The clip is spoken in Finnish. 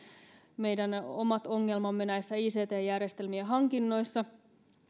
meidän omat ongelmamme näissä ict järjestelmien hankinnoissa